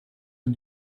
man